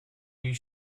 you